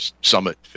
summit